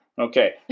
Okay